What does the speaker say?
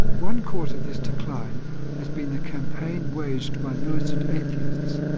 one cause of this decline has been the campaign waged by militant atheists,